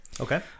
okay